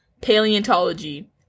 Paleontology